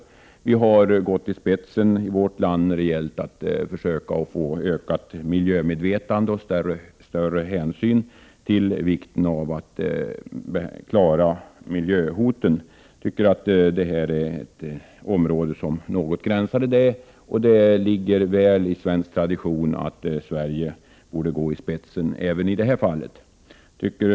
Vi har i vårt land gått i spetsen när det gäller att försöka skapa ett ökat miljömedvetande och ta större hänsyn till miljöhotens förutsättningar. Jag tycker att det här är ett område som gränsar till detta, och det överensstämmer mycket väl med svensk tradition att Sverige går i spetsen även i detta fall.